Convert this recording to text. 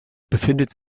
befindet